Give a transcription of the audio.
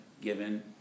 given